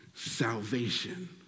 Salvation